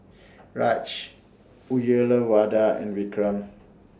Raj Uyyalawada and Vikram